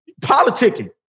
Politicking